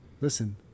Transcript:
Listen